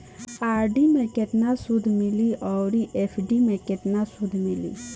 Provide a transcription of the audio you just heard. RD मे केतना सूद मिली आउर एफ.डी मे केतना सूद मिली?